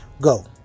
Go